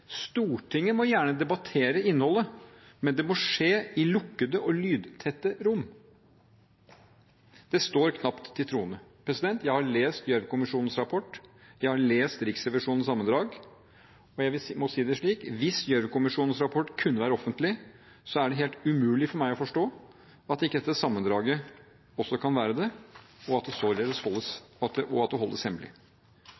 Stortinget må gjerne debattere innholdet, men det må skje i lukkede og lydtette rom. Det står knapt til troende. Jeg har lest Gjørv-kommisjonens rapport. Jeg har lest Riksrevisjonens sammendrag. Og jeg må si det slik: Hvis Gjørv-kommisjonens rapport kunne være offentlig, så er det helt umulig for meg å forstå at ikke dette sammendraget også kan være det, og at det holdes